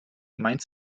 mainz